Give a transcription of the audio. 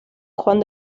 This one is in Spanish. juan